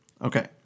okay